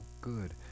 good